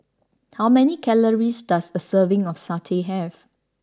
how many calories does a serving of Satay have